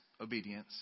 obedience